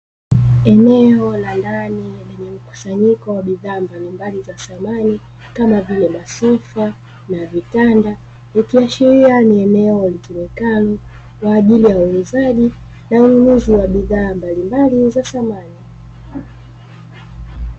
Eneo la ndani lenye mkusanyiko wa bidhaa za samani kama vile masofa na vitanda. Ikiashiria ni eneo litumikalo kwaajili ya wauzaji na wanunuzi mbalimbali wa samani.